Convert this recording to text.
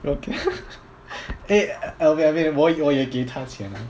okay eh alvin alvin 我我有给他钱啊